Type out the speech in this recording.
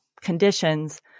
conditions